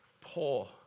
poor